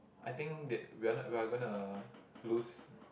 I think that we are we are gonna lose